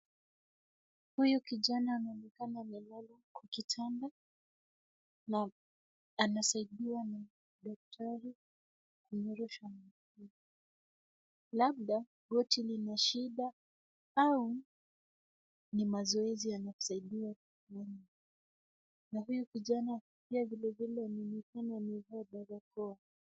Huyu kijana anaonekana amelala kwa kitanda na anasaidiwa na daktari kunyoosha mguu. Labda wote ni mashida au ni mazoezi anasaidiwa kufanya na huyu kijana pia vilevile anaonekana amevaa barakoa.